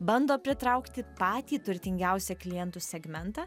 bando pritraukti patį turtingiausią klientų segmentą